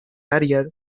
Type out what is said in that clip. área